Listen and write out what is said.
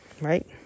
right